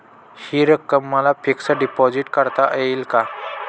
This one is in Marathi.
हि रक्कम मला फिक्स डिपॉझिट करता येईल का?